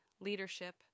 leadership